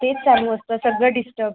तेच चालू असतं सगळं डिस्टर्ब